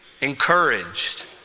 encouraged